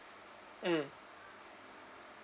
mm